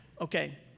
okay